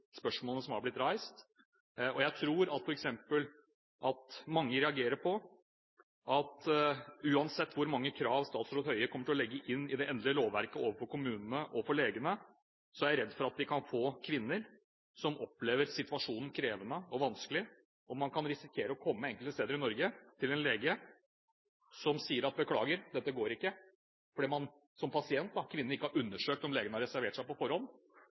spørsmålene som er blitt reist. Jeg tror f.eks. at mange reagerer på at uansett hvor mange krav statsråd Høie kommer til å legge inn i det endelige lovverket overfor kommunene og legene, er jeg redd man kan få kvinner som opplever situasjonen krevende og vanskelig. Man kan enkelte steder i Norge risikere å komme til en lege som sier: «Beklager, jeg kan ikke hjelpe deg, du skal få time et annet sted innen 24 timer innenfor akseptabel reiseavstand» – fordi kvinnen, som pasient ikke har undersøkt på forhånd om legen har reservert seg.